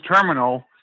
terminal